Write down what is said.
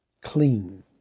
clean